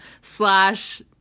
slash